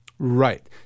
Right